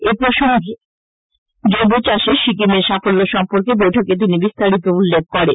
এ প্রসঙ্গে জৈব চাষে সিকিমের সাফল্য সম্পর্কে বৈঠকে তিনি বিস্তারিত উল্লেখ করেন